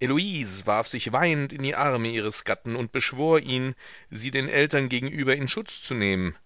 heloise warf sich weinend in die arme ihres gatten und beschwor ihn sie den eltern gegenüber in schutz zu nehmen